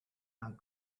and